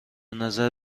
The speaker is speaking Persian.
نظر